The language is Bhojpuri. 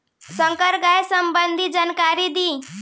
संकर गाय संबंधी जानकारी दी?